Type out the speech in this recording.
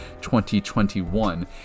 2021